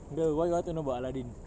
so what do you want to know about aladdin